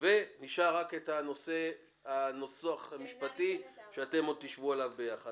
נשאר רק הניסוח המשפטי שאתם עוד תשבו עליו ביחד.